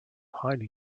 highly